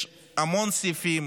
יש המון סעיפים